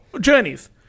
Journeys